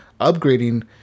upgrading